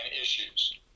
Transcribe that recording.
issues